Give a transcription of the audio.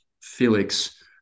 Felix